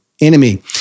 enemy